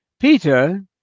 Peter